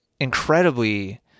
incredibly